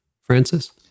Francis